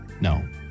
No